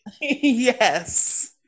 Yes